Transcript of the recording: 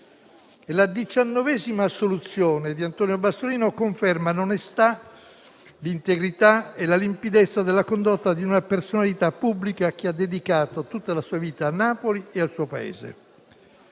La diciannovesima assoluzione di Antonio Bassolino conferma l'onestà, l'integrità e la limpidezza della condotta di una personalità pubblica che ha dedicato tutta la sua vita a Napoli e al suo Paese.